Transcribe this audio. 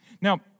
Now